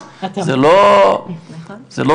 זה לא סביר.